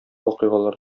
вакыйгалар